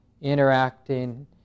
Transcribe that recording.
interacting